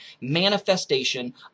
manifestation